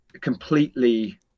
completely